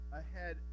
ahead